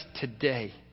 today